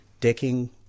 decking